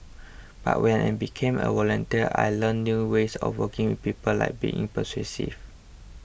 but when I became a volunteer I learnt new ways of working with people like being persuasive